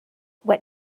what